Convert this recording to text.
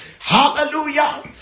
hallelujah